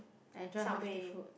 I enjoy healthy food